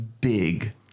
big